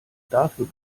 dafür